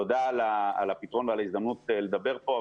תודה על הפתרון ועל ההזדמנות לדבר פה,